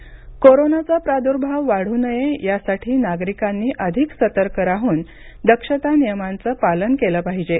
corona आढावा कोरोनाचा प्रादुर्भाव वादू नये यासाठी नागरिकांनी अधिक सतर्क राहून दक्षता नियमांचे पालन केले पाहिजे